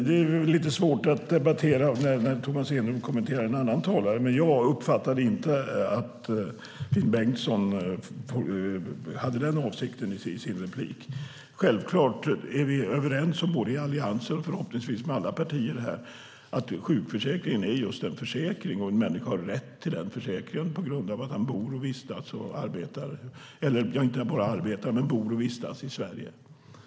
Herr talman! Det är lite svårt att debattera när Tomas Eneroth kommenterar vad en annan talare sagt. Jag uppfattade inte att Finn Bengtsson i sin replik hade nämnda åsikt. Självklart är vi, både i Alliansen och förhoppningsvis i alla partier i riksdagen, överens om att sjukförsäkringen är just en försäkring. Människor som bor och vistas i Sverige har rätt till försäkringen.